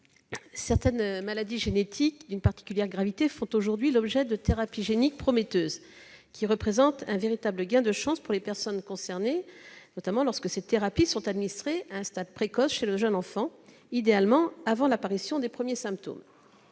Certaines maladies génétiques d'une particulière gravité font aujourd'hui l'objet de thérapies géniques prometteuses qui représentent un véritable gain de chances pour les personnes concernées, notamment lorsque ces thérapies sont administrées à un stade précoce chez le jeune enfant, idéalement avant l'apparition des premiers symptômes.